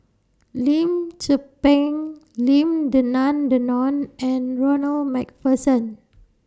Lim Tze Peng Lim Denan Denon and Ronald MacPherson